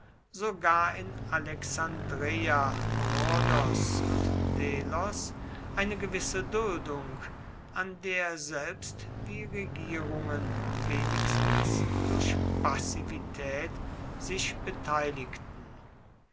sogar in alexandreia rhodos und delos eine gewisse duldung an der selbst die regierungen wenigstens durch passivität sich beteiligten